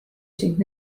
sind